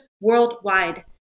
worldwide